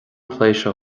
pléisiúr